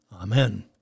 Amen